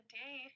day